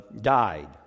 died